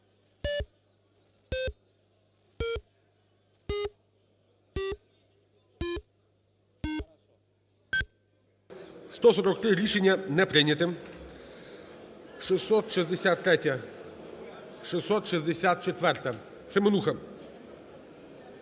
За-143 Рішення не прийнято. 663-я. 664-а.Семенуха.